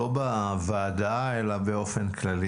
לא בוועדה אלא באופן כללי.